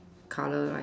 color right